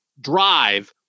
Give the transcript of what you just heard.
drive